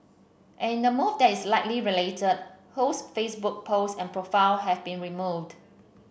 and in a move that is likely related Ho's Facebook post and profile have been removed